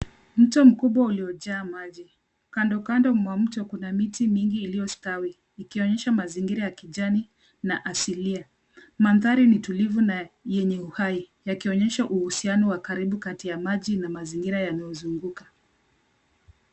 Mto mkubwa uliojaa maji. Kando kando mwa mto, kuna miti mingi iliyostawi, ikionyesha mazingira ya kijani na asilia. Mandhari ni tulivu na yenye uhai, yakionyesha uhusiano wa karibu kati ya maji na mazingira yanayozunguka.